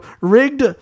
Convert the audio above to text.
rigged